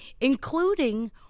including